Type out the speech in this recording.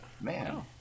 man